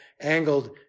angled